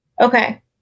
Okay